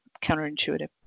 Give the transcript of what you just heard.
counterintuitive